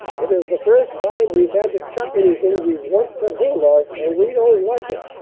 it is the first time we've had to chuck anything we've once got hold of, and we don't like it,